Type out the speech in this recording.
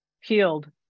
healed